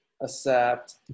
accept